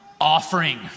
Offering